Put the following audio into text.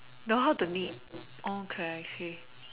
know how to knit okay I see